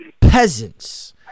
peasants